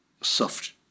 soft